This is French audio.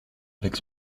avec